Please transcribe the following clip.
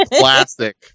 Classic